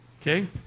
Okay